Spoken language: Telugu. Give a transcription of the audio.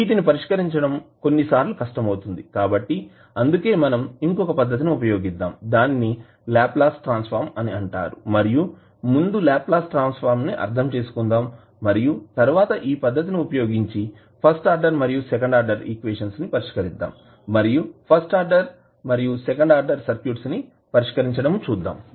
వీటిని పరిష్కరించడం కొన్ని సార్లు కష్టం అవుతుంది కాబట్టి అందుకే మనం ఇంకొక పద్దతిని ఉపయోగిద్దాం దానిని లాప్లాస్ ట్రాన్సఫర్మ్ అని అంటారు మరియు ముందు లాప్లాస్ ట్రాన్సఫర్మ్ ని అర్థం చేసుకుందాం మరియు తరువాత ఈ పద్ధతి ని ఉపయోగించి ఫస్ట్ ఆర్డర్ మరియు సెకండ్ ఆర్డర్ ఈక్వేషన్స్ ని పరిష్కరిద్దాం మరియు ఫస్ట్ ఆర్డర్ మరియు సెకండ్ ఆర్డర్ సర్క్యూట్స్ ని పరిష్కరించడం చూద్దాం